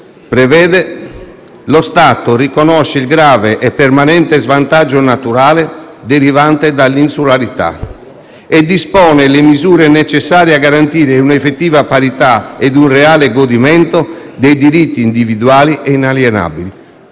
cui: «Lo Stato riconosce il grave e permanente svantaggio naturale derivante dall'insularità e dispone le misure necessarie a garantire un'effettiva parità ed un reale godimento dei diritti individuali e inalienabili».